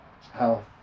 health